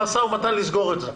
במשא ומתן לסגור את זה.